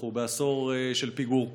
אנחנו בעשור של פיגור,